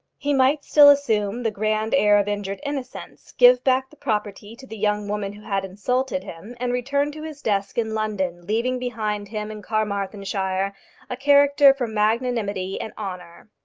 he might still assume the grand air of injured innocence, give back the property to the young woman who had insulted him, and return to his desk in london, leaving behind him in carmarthenshire a character for magnanimity and honour.